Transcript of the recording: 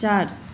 चार